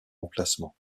emplacement